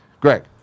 Greg